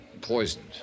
poisoned